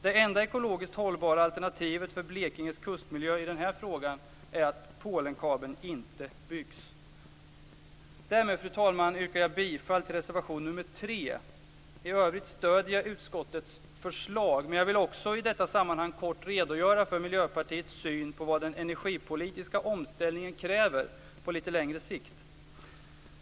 Det enda ekologiskt hållbara alternativet för Blekinges kustmiljö i denna fråga, är att Därmed, fru talman, yrkar jag bifall till reservation nummer 3. I övrigt stöder jag utskottets förslag, men vill också i detta sammanhang kort redogöra för Miljöpartiets syn på vad den energipolitiska omställningen kräver på lite längre sikt.